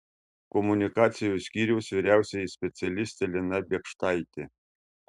komunikacijos skyriaus vyriausioji specialistė lina biekštaitė